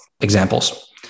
examples